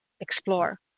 explore